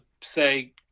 say